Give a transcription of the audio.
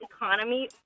Economy